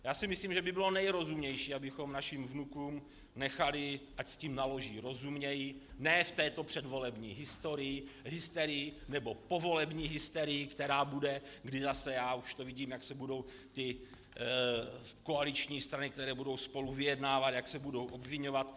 Já si myslím, že by bylo nejrozumnější, abychom našim vnukům nechali, ať s tím naloží rozumněji, ne v této předvolební hysterii, nebo povolební hysterii, která bude, už to vidím, jak se budou koaliční strany, které budou spolu vyjednávat, jak se budou obviňovat.